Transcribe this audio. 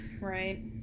Right